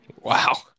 wow